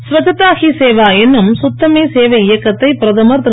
ஸ்வச்சதா ஹி சேவா என்னும் சுத்தமே சேவை இயக்கத்தை பிரதமர் திரு